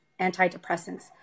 antidepressants